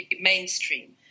mainstream